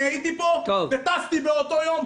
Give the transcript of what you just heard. אני הייתי פה וטסתי באותו יום,